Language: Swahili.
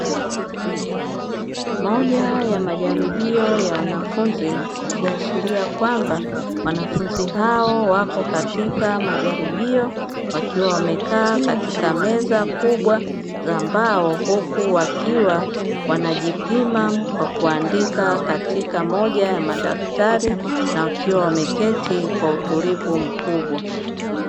Moja ya majaribio ya wanafunzi, ikiashiria kwamba wanafunzi hao wako katika majaribio, wakiwa wamekaa katika meza kubwa za mbao, huku wakiwa wanajipima kwa kuandika katika moja ya madaftari na wakiwa wameketi kwa utulivu mkubwa.